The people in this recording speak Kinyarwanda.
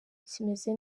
kimeze